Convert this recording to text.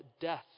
death